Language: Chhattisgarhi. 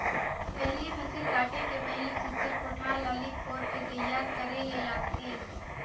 पहिले फसिल काटे के पहिले सुग्घर कोठार ल लीप पोत के तइयार करे ले लागथे